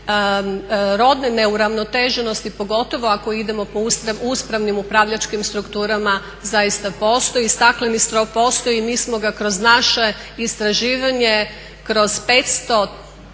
rodne neuravnoteženosti pogotovo ako idemo po uspravnim upravljačkim strukturama zaista postoji. I stakleni strop postoji, mi smo ga kroz naše istraživanje kroz 500